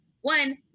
one